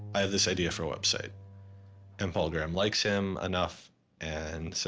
i have this idea for a web site and paul graham likes him enough and so